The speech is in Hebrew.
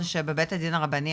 שבבית הדין הרבני,